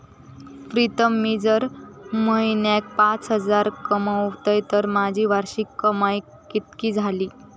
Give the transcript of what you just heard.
प्रीतम मी जर म्हयन्याक पाच हजार कमयतय तर माझी वार्षिक कमाय कितकी जाली?